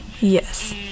yes